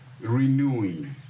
renewing